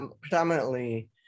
predominantly